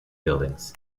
buildings